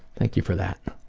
thank you for that.